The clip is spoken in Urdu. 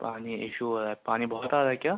پانی ایشو ہو رہا پانی بہت آ رہا ہے کیا